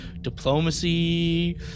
Diplomacy